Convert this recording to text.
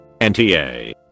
Nta